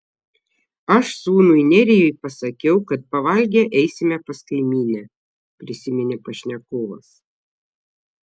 aš sūnui nerijui pasakiau kad pavalgę eisime pas kaimynę prisiminė pašnekovas